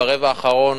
ברבע האחרון